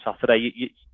Saturday